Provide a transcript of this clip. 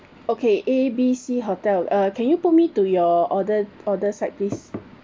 okay A B C hotel uh can you put me to your order order side please